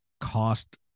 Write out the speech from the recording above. cost